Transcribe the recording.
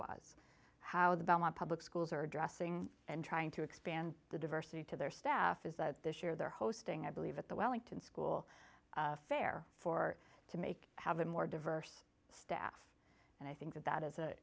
how the belmont public schools are addressing and trying to expand the diversity to their staff is that this year they're hosting i believe at the wellington school fair for to make have a more diverse staff and i think that that is